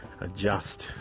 adjust